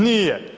Nije.